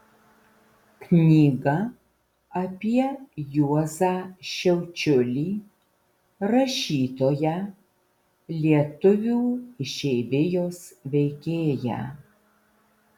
knyga apie juozą šiaučiulį rašytoją lietuvių išeivijos veikėją